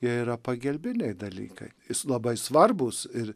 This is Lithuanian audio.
jie yra pagelbiniai dalykai jis labai svarbūs ir